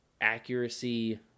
accuracy